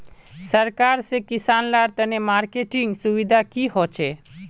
सरकार से किसान लार तने मार्केटिंग सुविधा की होचे?